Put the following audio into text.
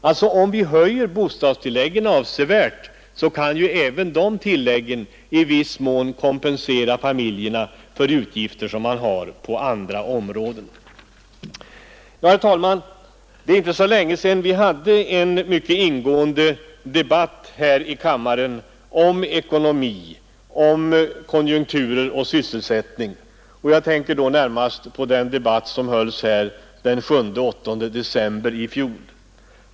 Om vi avsevärt höjer bostadstilläggen kan alltså familjerna i viss mån kompenseras för utgifter på andra områden. Det är inte så länge sedan vi här i kammaren hade en mycket ingående debatt om ekonomi, konjuniturer och sysselsättning. Jag tänker då närmast på den debatt som hölls den 7 och 8 december i fjol.